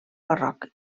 barroc